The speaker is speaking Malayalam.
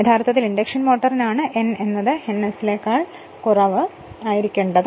യഥാർത്ഥത്തിൽ ഇൻഡക്ഷൻ മോട്ടറിനാണ് n എന്നത് ns ൽ കുറവായിരിക്കണം